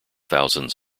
thousands